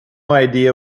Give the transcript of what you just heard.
idea